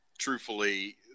truthfully